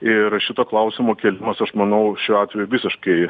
ir šito klausimo kėlimas aš manau šiuo atveju visiškai